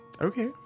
Okay